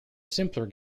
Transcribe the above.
simpler